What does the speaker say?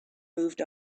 moved